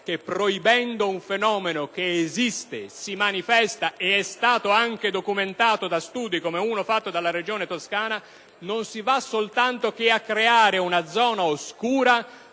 che proibendo un fenomeno che esiste e si manifesta, e che è stato anche documentato da studi (come quello fatto dalla Regione Toscana), si va soltanto a creare una zona oscura,